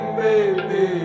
baby